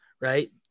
Right